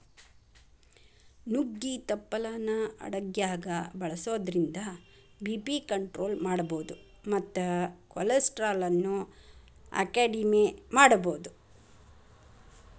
ನುಗ್ಗಿ ತಪ್ಪಲಾನ ಅಡಗ್ಯಾಗ ಬಳಸೋದ್ರಿಂದ ಬಿ.ಪಿ ಕಂಟ್ರೋಲ್ ಮಾಡಬೋದು ಮತ್ತ ಕೊಲೆಸ್ಟ್ರಾಲ್ ಅನ್ನು ಅಕೆಡಿಮೆ ಮಾಡಬೋದು